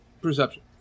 Perception